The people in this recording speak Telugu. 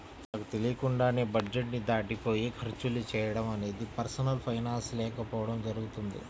మనకు తెలియకుండానే బడ్జెట్ ని దాటిపోయి ఖర్చులు చేయడం అనేది పర్సనల్ ఫైనాన్స్ లేకపోవడం జరుగుతుంది